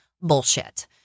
bullshit